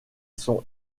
sont